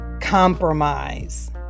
compromise